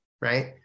right